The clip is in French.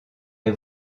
les